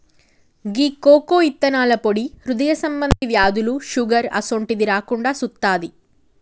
గీ cocoa ఇత్తనాల పొడి హృదయ సంబంధి వ్యాధులు, షుగర్ అసోంటిది రాకుండా సుత్తాది